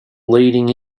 leading